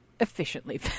efficiently